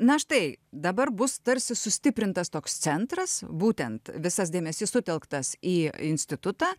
na štai dabar bus tarsi sustiprintas toks centras būtent visas dėmesys sutelktas į institutą